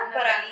Para